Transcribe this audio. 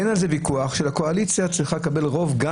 אין על זה ויכוח שהקואליציה צריכה לקבל רוב גם